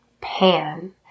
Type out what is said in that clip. Pan